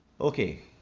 okay